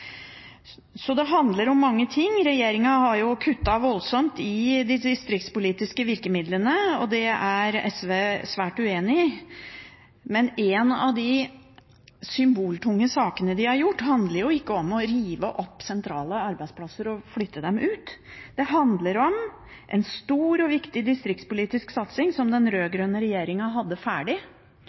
Så det handler om mange ting. Regjeringen har kuttet voldsomt i de distriktspolitiske virkemidlene, og det er SV svært uenig i. Men en av de symboltunge sakene de har hatt, handler ikke om å rive opp sentrale arbeidsplasser og flytte dem ut, det handler om en stor og viktig distriktspolitisk satsing som den rød-grønne regjeringen hadde ferdig.